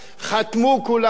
חתמו כולם,